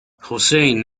hossain